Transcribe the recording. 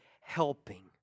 helping